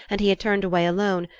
and he had turned away alone,